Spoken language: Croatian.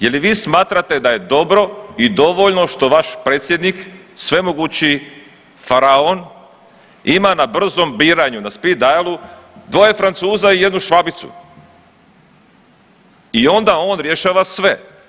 Je li vi smatrate da je dobro i dovoljno što vaš predsjednik svemogući faraon ima na brzom biranju na speed dialing dvoje Francuza i jednu švabicu i onda on rješava sve.